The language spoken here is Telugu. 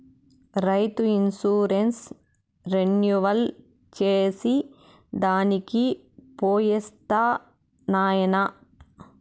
రైతు ఇన్సూరెన్స్ రెన్యువల్ చేసి దానికి పోయొస్తా నాయనా